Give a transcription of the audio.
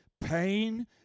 pain